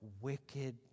wicked